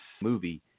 movie